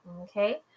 Okay